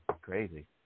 crazy